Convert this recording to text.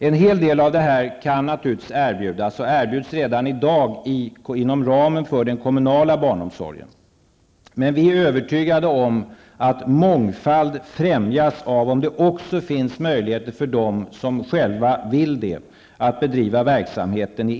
En hel del av det här kan naturligtvis erbjudas -- och erbjuds redan i dag -- inom ramen för den kommunala barnomsorgen. Men vi är övertygade om att mångfalden främjas om de som vill bedriva verksamhet i enskild regi har denna möjlighet.